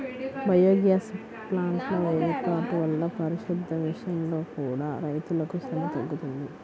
biogas ప్లాంట్ల వేర్పాటు వల్ల పారిశుద్దెం విషయంలో కూడా రైతులకు శ్రమ తగ్గుతుంది